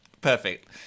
Perfect